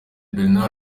bernard